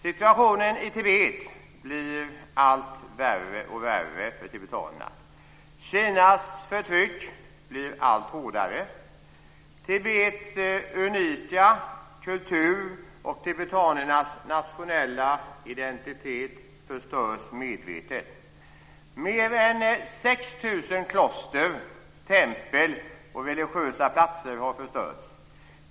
Situationen i Tibet blir allt värre för tibetanerna. Kinas förtryck blir allt hårdare. Tibets unika kultur och tibetanernas nationella identitet förstörs medvetet. Mer än 6 000 kloster, tempel och religiösa platser har förstörts.